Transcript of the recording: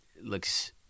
looks